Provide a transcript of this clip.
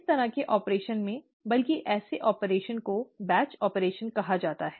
इस तरह के ऑपरेशन में बल्कि ऐसे ऑपरेशन को बैच ऑपरेशन कहा जाता है